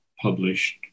published